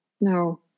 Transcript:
no